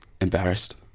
embarrassed